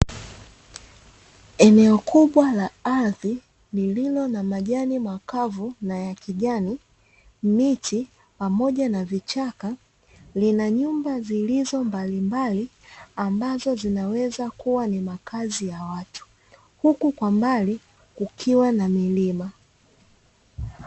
Eneo kubwa la ardhi lililo na majani makavu na ya kijani, miti pamoja na vichaka. Lina nyumba zilizo mbalimbali ambazo zinaweza kuwa ni makazi ya watu; huku kwa mbali kukiwa na milima.